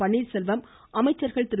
பன்னீர்செல்வம் அமைச்சர்கள் திரு